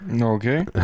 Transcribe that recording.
Okay